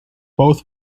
both